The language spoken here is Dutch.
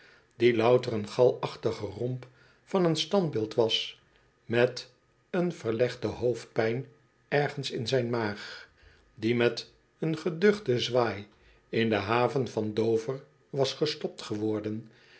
die louter een galachtige romp van een standbeeld was met een verlegde hoofdpijn ergens in zijn maag die met een geduchten zwaai in de haven van dover was gestopt geworden